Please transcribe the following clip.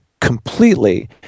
completely